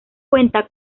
cuenta